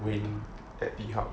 when at Ehub